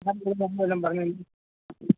വല്ലതും